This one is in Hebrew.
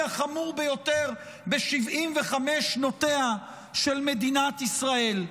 החמור ביותר ב-75 שנותיה של מדינת ישראל.